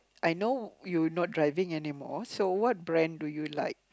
I know you not driving anymore so what brand do you like